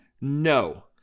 No